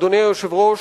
אדוני היושב-ראש,